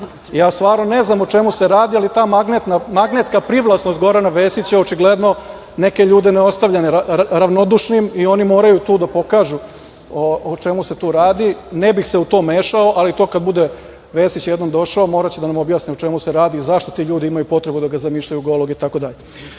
ja stvarno ne znam o čemu se radi, ali ta magnetska privlačnost Gorana Vesića očigledno neke ljude ne ostavlja ravnodušnim i oni moraju tu da pokažu o čemu se tu radi, ne bih se u to mešao, ali to kada bude Vesić jednom došao moraće da nam objasni o čemu se radi, zašto ti ljudi imaju potrebu da ga zamišljaju golog, itd. Što